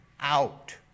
out